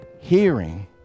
hearing